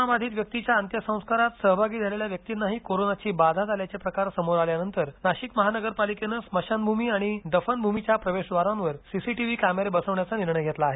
कोरोनाबाधित व्यक्तीच्या अंत्यसंस्कारात सहभागी झालेल्या व्यक्तींनाही कोरोनाची बाधा झाल्याचे प्रकार समोर आल्यानंतर नाशिक महानगरपालिकेने स्मशानभूमी आणि दफनभूमीच्या प्रवेशद्वारांवर सीसीटीव्ही कॅमेरे बसवण्याचा निर्णय घेतला आहे